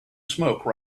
smoke